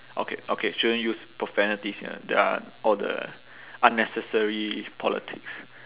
okay okay shouldn't use profanities you know there are all the unnecessary politics